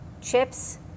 chips